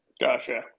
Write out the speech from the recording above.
Gotcha